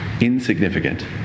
insignificant